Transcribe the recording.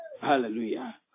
Hallelujah